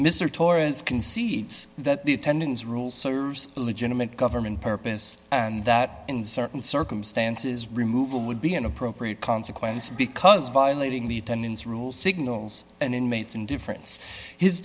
mr torrens concedes that the attendance rules serves a legitimate government purpose and that in certain circumstances removal would be an appropriate consequence because violating the tenants rule signals an inmate's indifference his